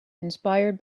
inspired